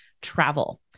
travel